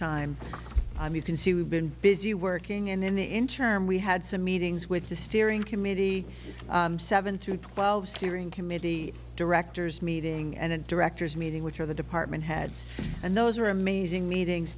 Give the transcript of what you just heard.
time i'm you can see we've been busy working and in the in term we had some meetings with the steering committee seven to twelve steering committee directors meeting and directors meeting which are the department heads and those are amazing meetings